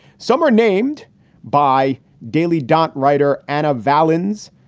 some are named by daily d'hondt writer anna vallens.